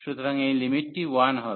সুতরাং এই লিমিটটি 1 হবে